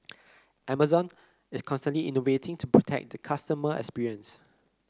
Amazon is constantly innovating to protect the customer experience